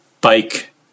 bike